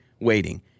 waiting